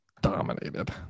dominated